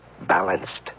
balanced